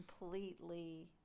completely